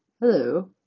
Hello